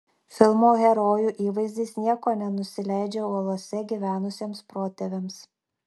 filmo herojų įvaizdis nieko nenusileidžia uolose gyvenusiems protėviams